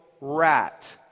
rat